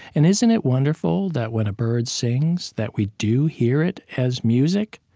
and isn't it wonderful that, when a bird sings, that we do hear it as music?